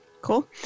cool